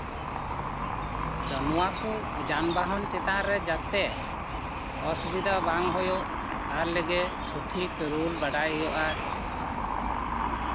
ᱟᱫᱚ ᱱᱚᱣᱟ ᱠᱚ ᱡᱟᱱᱵᱟᱦᱚᱱ ᱪᱮᱛᱟᱱ ᱨᱮ ᱡᱟᱛᱮ ᱚᱥᱩᱵᱤᱫᱟ ᱵᱟᱝ ᱦᱩᱭᱩᱜ ᱛᱟᱨ ᱞᱮᱜᱮ ᱥᱚᱴᱷᱤᱠ ᱨᱩᱞ ᱵᱟᱰᱟᱭ ᱦᱩᱭᱩᱜᱼᱟ